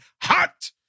hot